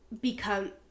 become